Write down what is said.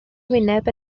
hwyneb